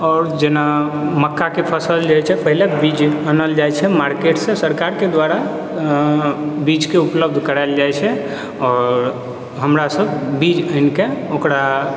आओर जेना मक्काके फसल जे होइ छै पहिने बीज आनल जाइ छै मार्केटसँ सरकारके द्वारा बीजके उपलब्ध करायल जाइ छै आओर हमरा सब बीज आनिके ओकरा